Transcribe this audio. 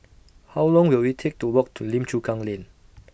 How Long Will IT Take to Walk to Lim Chu Kang Lane